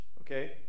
okay